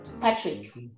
Patrick